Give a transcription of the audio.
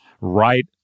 right